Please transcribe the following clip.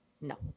No